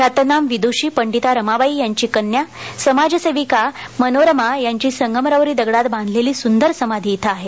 ख्यातनाम विदुषी पंडिता रमाबाई यांची कन्या समाजसेविका मनोरमा यांची संगमरवरी दगडात बांधलेली सुदर समाधी येथे आहे